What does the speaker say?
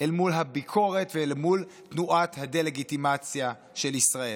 אל מול הביקורת ואל מול תנועת הדה-לגיטימציה של ישראל.